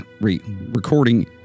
Recording